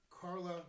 Carla